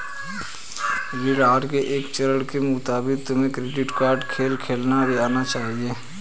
ऋण आहार के एक चरण के मुताबिक तुम्हें क्रेडिट कार्ड खेल खेलना भी आना चाहिए